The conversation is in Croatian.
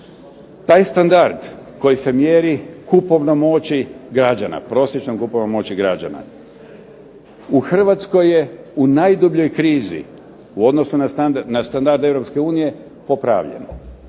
Taj standard koji se mjeri prosječnom kupovnom moći građana u Hrvatskoj je u najdubljoj krizi u odnosu na standard EU popravljen.